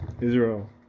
Israel